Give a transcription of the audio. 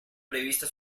prevista